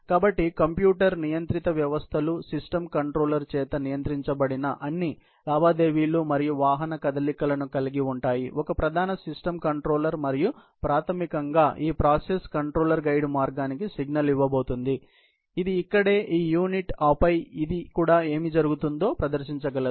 కాబట్టి కంప్యూటర్ నియంత్రిత వ్యవస్థలు సిస్టమ్ కంట్రోలర్ చేత నియంత్రించబడిన అన్ని లావాదేవీలు మరియు వాహన కదలికలను కలిగి ఉంటాయి ఒక ప్రధాన సిస్టమ్ కంట్రోలర్ మరియు ప్రాథమికంగా ఈ ప్రాసెస్ కంట్రోలర్ గైడ్ మార్గానికి సిగ్నల్ ఇవ్వబోతోంది ఇది ఇక్కడే ఈ యూనిట్ ఆపై ఇది కూడా ఏమి జరుగుతుందో ప్రదర్శించగలదు